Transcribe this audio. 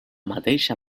mateixa